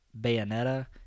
Bayonetta